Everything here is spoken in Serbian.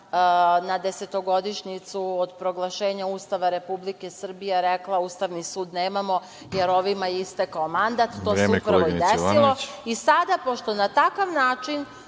na desetogodišnjicu od proglašenja Ustava RS rekla – Ustavni sud nemamo, jer ovima je istekao mandat. To se upravo i desilo i sada, pošto na takav način